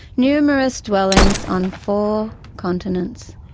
numerous dwellings on four continents.